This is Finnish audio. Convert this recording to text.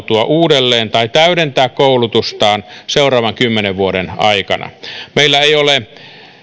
kouluttautua uudelleen tai täydentää koulutustaan seuraavan kymmenen vuoden aikana meillä ei ole